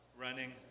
running